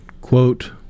quote